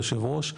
היושב ראש,